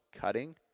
cutting